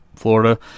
Florida